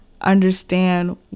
understand